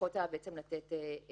ללחוץ עליו לקבל את הגט.